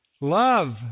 Love